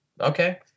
okay